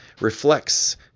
reflects